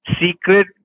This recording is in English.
Secret